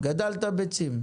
גדלת בצים?